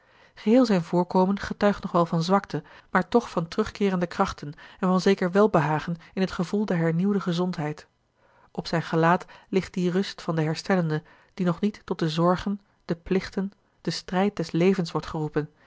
geheel zijn voorkomen getuigt nog wel van zwakte maar toch van terugkeerende krachten en van zeker welbehagen in het gevoel der hernieuwde gezondheid op zijn gelaat ligt die rust van den herstellende die nog niet tot de zorgen de plichten den strijd des levens wordt geroepen